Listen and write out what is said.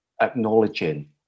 acknowledging